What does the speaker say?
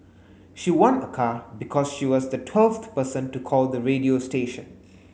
she won a car because she was the twelfth person to call the radio station